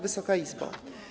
Wysoka Izbo!